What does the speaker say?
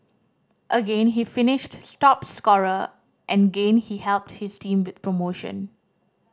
again he finished top scorer and gain he helped his team win promotion